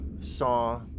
saw